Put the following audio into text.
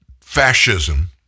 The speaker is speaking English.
fascism